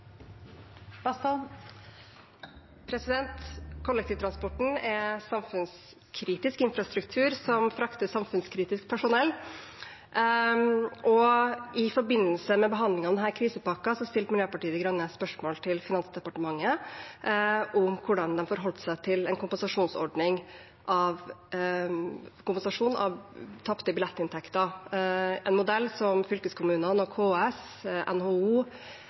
norske arbeidsplasser. Kollektivtransporten er samfunnskritisk infrastruktur som frakter samfunnskritisk personell. I forbindelse med behandlingen av denne krisepakken stilte Miljøpartiet De Grønne spørsmål til Finansdepartementet om hvordan de forholdt seg til en kompensasjon av tapte billettinntekter – en modell som bl.a. fylkeskommunene, KS, NHO